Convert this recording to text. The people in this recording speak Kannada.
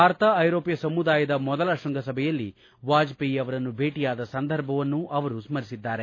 ಭಾರತ ಐರೋಪ್ನ ಸಮುದಾಯದ ಮೊದಲ ಶ್ವಂಗಸಭೆಯಲ್ಲಿ ವಾಜಪೇಯಿ ಅವರನ್ನು ಭೇಟಯಾದ ಸಂದರ್ಭವನ್ನು ಅವರು ಸ್ಕರಿಸಿದ್ದಾರೆ